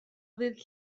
ddydd